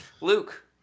Luke